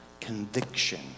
conviction